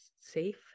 safe